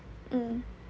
mm